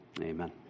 Amen